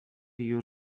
your